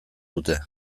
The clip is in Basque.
dute